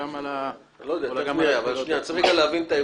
לא יודע, תיכף נראה.